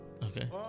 Okay